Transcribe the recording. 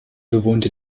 bewohnte